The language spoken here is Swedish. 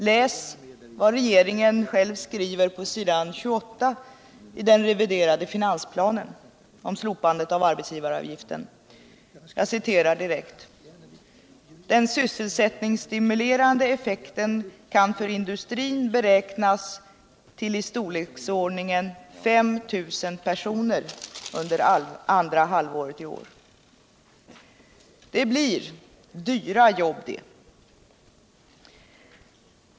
Läs vad regeringen själv skriver på s. 28 i den reviderade finansplanen om slopandet av arbetsgivaravgiften: ”Den sysselsättningsstimulerande effekten kan för industrin beräknas till i storleksordningen 5 000 personer under andra halvåret i år.” Det blir dyra jobb det!